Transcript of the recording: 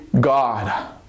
God